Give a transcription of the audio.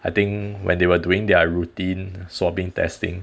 I think when they were doing their routine swabbing testing